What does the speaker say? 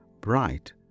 bright